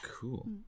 cool